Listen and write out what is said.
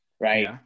Right